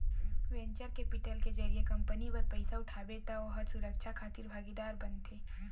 venture capital के जरिए company बर पइसा उठाबे त ओ ह सुरक्छा खातिर भागीदार बनथे